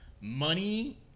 money